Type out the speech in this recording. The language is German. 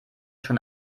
schon